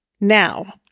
Now